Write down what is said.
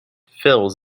fills